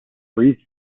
breathe